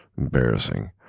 embarrassing